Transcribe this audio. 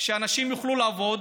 שאנשים יוכלו לעבוד,